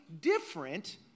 different